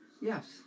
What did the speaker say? Yes